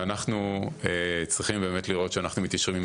ואנחנו צריכים לראות באמת שאנחנו מתיישרים עם